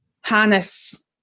harness